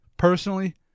Personally